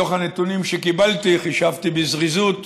מתוך הנתונים שקיבלתי, חישבתי בזריזות,